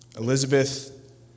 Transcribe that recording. Elizabeth